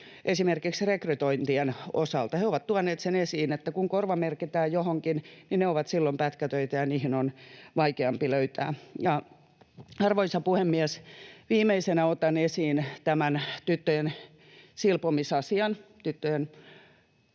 esimerkiksi rekrytointien osalta. He ovat tuoneet esiin sen, että kun korvamerkitään johonkin, niin ne ovat silloin pätkätöitä ja niihin on vaikeampi löytää. Arvoisa puhemies! Viimeisenä otan esiin tämän tyttöjen silpomisasian. On